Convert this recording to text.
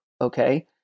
okay